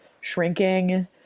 shrinking